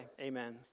Amen